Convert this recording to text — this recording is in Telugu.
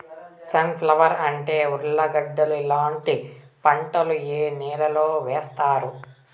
సన్ ఫ్లవర్, అంటి, ఉర్లగడ్డలు ఇలాంటి పంటలు ఏ నెలలో వేస్తారు?